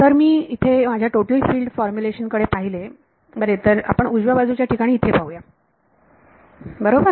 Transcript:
जर मी इथे माझ्या टोटल फिल्ड फॉर्मुलेशन कडे पाहिले बरे आपण उजव्या बाजूच्या ठिकाणी इथे पाहू या बरोबर